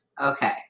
Okay